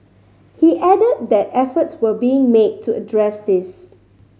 he added that efforts were being made to address this